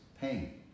pain